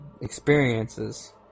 experiences